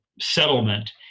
settlement